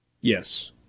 Yes